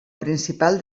principal